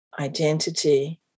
identity